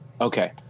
Okay